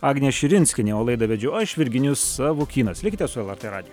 agnė širinskienė o laidą vedžiau aš virginijus savukynas likite su lrt radiju